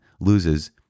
loses